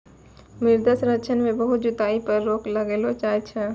मृदा संरक्षण मे बहुत जुताई पर रोक लगैलो जाय छै